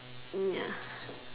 ya